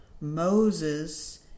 Moses